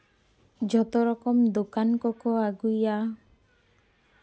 ᱡᱚᱛᱚ ᱨᱚᱠᱚᱢ ᱫᱚᱠᱟᱱ ᱠᱚᱠᱚ ᱟᱜᱩᱭᱟ